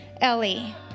Ellie